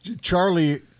Charlie